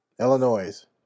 Illinois